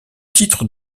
titre